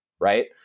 right